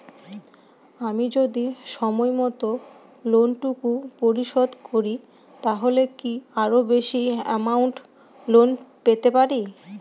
আমি যদি সময় মত লোন টুকু পরিশোধ করি তাহলে কি আরো বেশি আমৌন্ট লোন পেতে পাড়ি?